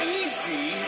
easy